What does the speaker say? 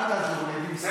כדי לשפר עמדות להמשך,